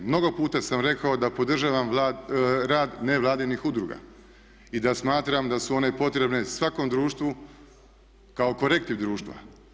Mnogo puta sam rekao da podržavam rad nevladinih udruga i da smatram da su one potrebne svakom društvu kao korektiv društva.